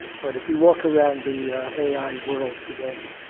but if you walk around the ai world today,